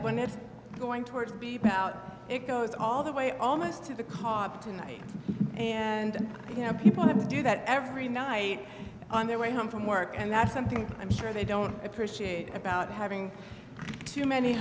when it's going towards be back out it goes all the way almost to the carpet tonight and you know people have to do that every night on their way home from work and that's something i'm sure they don't appreciate about having too many